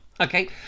Okay